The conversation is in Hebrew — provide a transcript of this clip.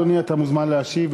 אדוני, אתה מוזמן להשיב.